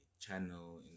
channel